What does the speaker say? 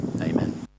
amen